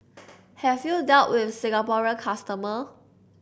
have you dealt with Singaporean customer